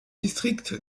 district